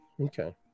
okay